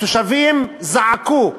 התושבים זעקו,